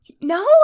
No